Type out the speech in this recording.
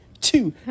two